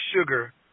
sugar